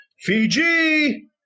Fiji